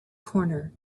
corner